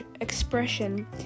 expression